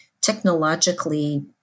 technologically